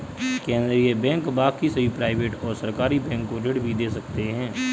केन्द्रीय बैंक बाकी सभी प्राइवेट और सरकारी बैंक को ऋण भी दे सकते हैं